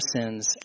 sins